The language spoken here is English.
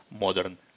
modern